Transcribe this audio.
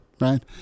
right